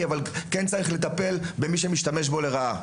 אבל כן צריך לטפל במי שמשתמש בו לרעה,